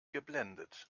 geblendet